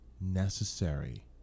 necessary